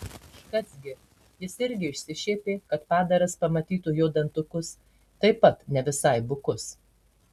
škac gi jis irgi išsišiepė kad padaras pamatytų jo dantukus taip pat ne visai bukus